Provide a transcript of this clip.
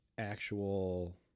actual